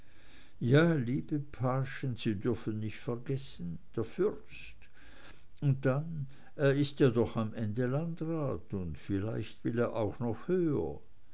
ja liebe paaschen sie dürfen nicht vergessen der fürst und dann er ist ja doch am ende landrat und vielleicht will er auch noch höher